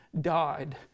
died